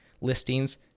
listings